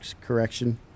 correction